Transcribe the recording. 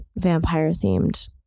vampire-themed